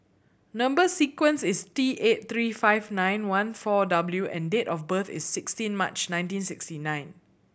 number sequence is T eight three five nine one four W and date of birth is sixteen March nineteen sixty nine